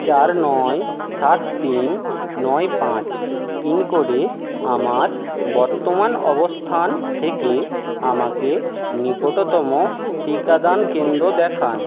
চার নয় সাত তিন নয় পাঁচ পিন কোডে আমার বর্তমান অবস্থান থেকে আমাকে নিকটতম টিকাদান কেন্দ্র দেখান